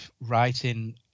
writing